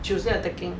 tuesday I taking